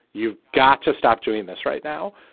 you've got to stop doing this right now.